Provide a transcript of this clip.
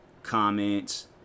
comments